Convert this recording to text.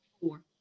four